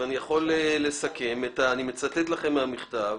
אני מצטט לכם מהמכתב: